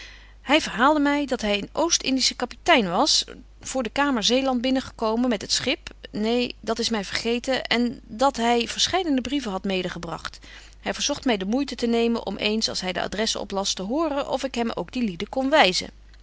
hy verhaalde my dat hy een oostindische kaptein was voor de kamer zeeland binnen gekomen met het schip neen dat is my vergeten en dat hy verscheide brieven hadt medegebragt hy verzogt my de moeite te nemen om eens als hy de adressen oplas te horen of ik hem ook die lieden kon wyzen